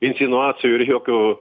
infinuacijų ir jokių